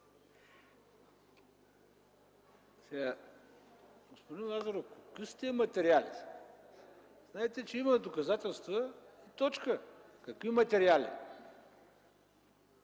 Господин Лазаров, какви са тези материали? Знаете, че има доказателства и точка. Какви материали?